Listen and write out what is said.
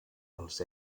pels